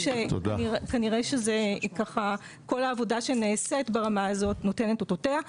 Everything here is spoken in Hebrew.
כנראה שכל העבודה שנעשית ברמה הזו נותנת את אותותיה.